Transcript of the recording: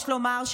יש לומר,